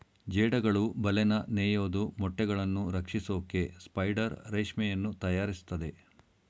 ಜೇಡಗಳು ಬಲೆನ ನೇಯೋದು ಮೊಟ್ಟೆಗಳನ್ನು ರಕ್ಷಿಸೋಕೆ ಸ್ಪೈಡರ್ ರೇಷ್ಮೆಯನ್ನು ತಯಾರಿಸ್ತದೆ